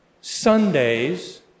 Sundays